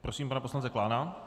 Prosím pana poslance Klána.